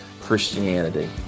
Christianity